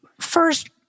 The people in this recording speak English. First